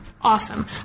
Awesome